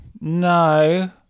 No